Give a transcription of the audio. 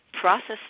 process